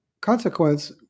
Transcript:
consequence